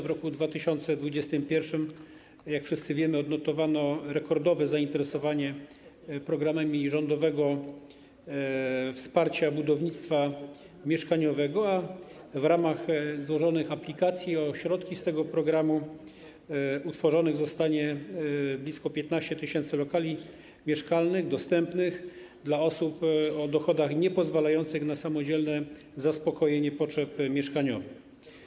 W roku 2021, jak wszyscy wiemy, odnotowano rekordowe zainteresowanie programem rządowego wsparcia budownictwa mieszkaniowego, a w ramach złożonych aplikacji o środki z tego programu zostanie utworzonych blisko 15 tys. lokali mieszkalnych dostępnych dla osób o dochodach niepozwalających na samodzielne zaspokojenie potrzeb mieszkaniowych.